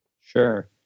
Sure